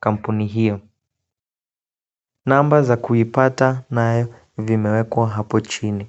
kampuni hiyo. Namba za kuipata nayo vimeekwa hapo chini.